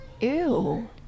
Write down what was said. Ew